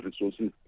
resources